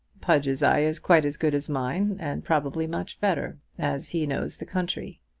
pudge's eye is quite as good as mine and probably much better, as he knows the country.